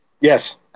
Yes